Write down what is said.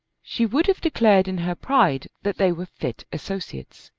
she would have declared in her pride that they were fit associates.